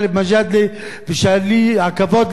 שהיה לי הכבוד להצטרף אליה,